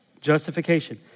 Justification